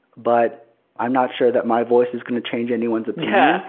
but i'm not sure that my voice is going to change anyone's yeah